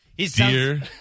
Dear